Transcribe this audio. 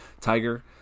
Tiger